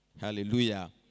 Hallelujah